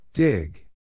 Dig